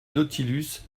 nautilus